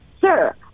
sir